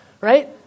right